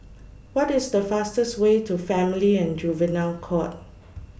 What IS The fastest Way to Family and Juvenile Court